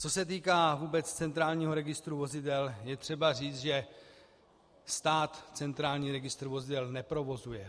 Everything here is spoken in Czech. Co se týká vůbec Centrálního registru vozidel, je třeba říct, že stát Centrální registr vozidel neprovozuje.